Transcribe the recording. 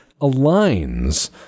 aligns